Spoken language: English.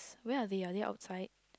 where are they are they outside